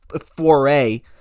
foray